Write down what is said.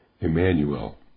Emmanuel